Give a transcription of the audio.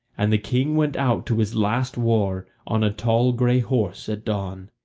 and the king went out to his last war on a tall grey horse at dawn.